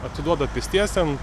atiduoda pėstiesiem